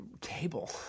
table